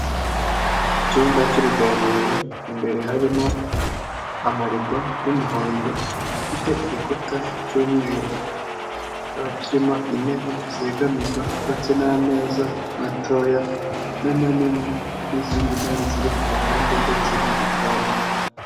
Icyumba cy'uruganiriro imbere harimo amarido y'umuhondo gifite igikuta cy'umweru, kiba kirimo intebe zegamirwa ndetse n'ameza matoya n'amanini n'izindi ntebe ziri ku ruhande ndetse n'igitanda.